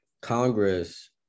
Congress